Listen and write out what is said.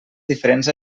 diferents